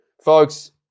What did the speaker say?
folks